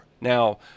Now